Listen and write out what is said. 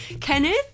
kenneth